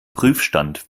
prüfstand